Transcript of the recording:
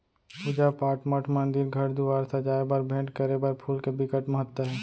पूजा पाठ, मठ मंदिर, घर दुवार सजाए बर, भेंट करे बर फूल के बिकट महत्ता हे